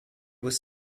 was